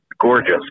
gorgeous